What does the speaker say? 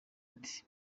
ati